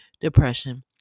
depression